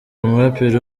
umuraperi